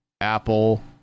Apple